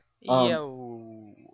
Yo